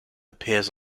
appears